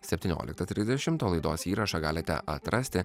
septynioliktą trisdešimt o laidos įrašą galite atrasti